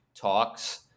talks